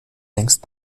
längst